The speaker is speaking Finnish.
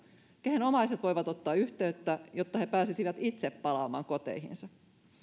kehen omaiset voivat ottaa yhteyttä jotta he pääsisivät itse palaamaan koteihinsa